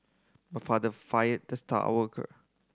my father fired the star worker